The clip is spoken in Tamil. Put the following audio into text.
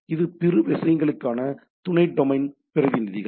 இது பிற விஷயங்களுக்கான துணை டொமைன் பிரதிநிதிகள்